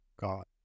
God